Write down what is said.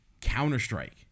Counter-Strike